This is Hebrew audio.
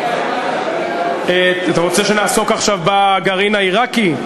אתה רוצה שנעסוק עכשיו בגרעין העיראקי?